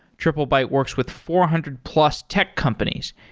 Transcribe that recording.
triplebyte works with four hundred plus tech companies,